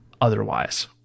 otherwise